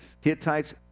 Hittites